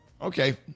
okay